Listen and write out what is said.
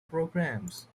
programs